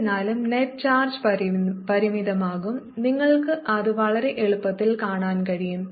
എന്നിരുന്നാലും net charge പരിമിതമാകും നിങ്ങൾക്ക് അത് വളരെ എളുപ്പത്തിൽ കാണാൻ കഴിയും